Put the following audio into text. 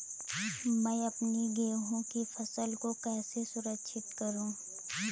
मैं अपनी गेहूँ की फसल को कैसे सुरक्षित करूँ?